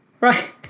Right